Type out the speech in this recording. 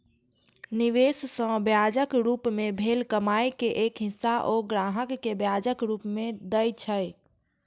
निवेश सं ब्याजक रूप मे भेल कमाइ के एक हिस्सा ओ ग्राहक कें ब्याजक रूप मे दए छै